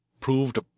proved